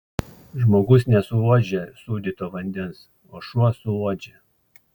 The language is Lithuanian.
žmogus nesuuodžia sūdyto vandens o šuo suuodžia